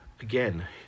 again